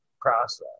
process